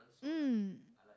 mm